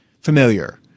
familiar